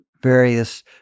various